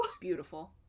Beautiful